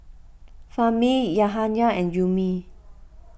Fahmi Yahaya and Ummi